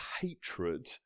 hatred